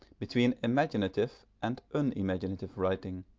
between imaginative and unimaginative writing,